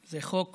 זה חוק